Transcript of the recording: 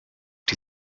die